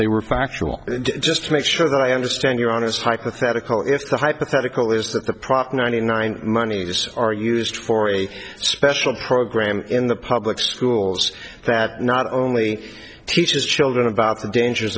they were factual just to make sure that i understand your honest hypothetical if the hypothetical is that the prop ninety nine monies are used for a special program in the public schools that not only teaches children about the dangers